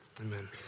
Amen